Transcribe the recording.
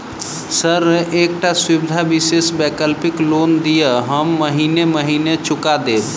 Sir एकटा सुविधा विशेष वैकल्पिक लोन दिऽ हम महीने महीने चुका देब?